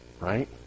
Right